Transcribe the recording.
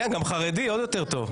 גם חרדי, זה עוד יותר טוב.